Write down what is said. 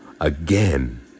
again